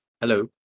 Hello